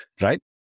right